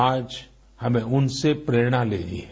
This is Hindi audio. आज हमें उनसे प्रेरणा लेनी है